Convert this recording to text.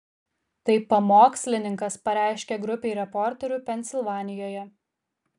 tai pamokslininkas pareiškė grupei reporterių pensilvanijoje